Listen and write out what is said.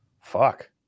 fuck